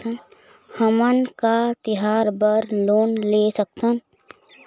हमन का तिहार बर लोन ले सकथन?